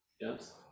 Yes